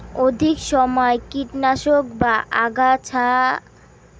অধিক সমাই কীটনাশক বা আগাছানাশক রাসায়নিক ছিটা বা স্প্রে ছচকাত ভুঁইয়ত দ্যাওয়াং হই